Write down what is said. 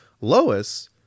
Lois